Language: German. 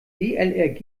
dlrg